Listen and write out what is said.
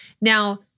Now